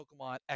pokemon